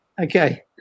Okay